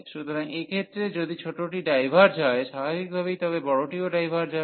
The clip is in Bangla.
সুতরাং এক্ষেত্রে যদি ছোটটি ডাইভার্জ হয় স্বাভাবিকভাবেই তবে বড়টিও ডাইভার্জ হবে